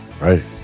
Right